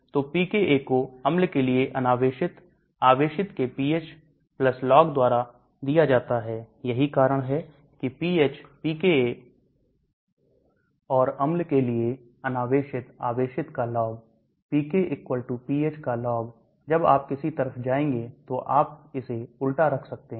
तो pKa को अम्ल के लिए अनावेशितआवेशित के pH log द्वारा दिया जाता है यही कारण है कि pH pKa बिना बदले और अम्ल के लिए अनावेशितआवेशित का log pK pH का log जब आप किस तरफ जाएंगे तो आप इसे उल्टा रख सकते हैं